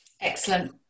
Excellent